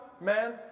man